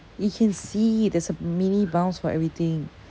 you can see there's a mini bounce for everything